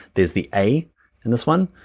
there's the a in this one?